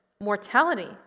mortality